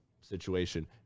situation